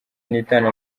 nitanu